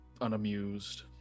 unamused